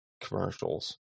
Commercials